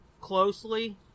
closely